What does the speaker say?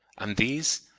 and these,